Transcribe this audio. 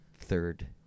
third